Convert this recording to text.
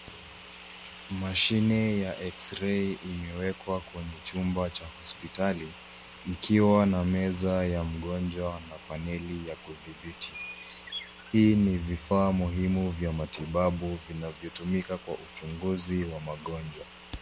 Mashine ya eksirei imewekwa kqenye chumba cha hospitali ikiwa na meza ya mgonjwa na paneli ya kudhibiti .Hii ni vifaa muhimu vya matibabu inayotumika kwa uchunguzi wa magonjwa.